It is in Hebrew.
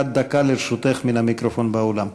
עד דקה לרשותך מן המיקרופון באולם.